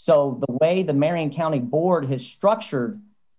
so the way the marion county board has structure